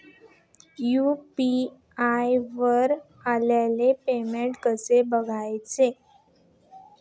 UPI वर आलेले payment कसे बघायचे?